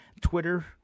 Twitter